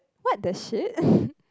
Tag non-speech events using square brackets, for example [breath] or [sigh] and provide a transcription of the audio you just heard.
!what the shit! [breath]